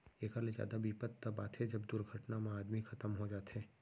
एकर ले जादा बिपत तव आथे जब दुरघटना म आदमी खतम हो जाथे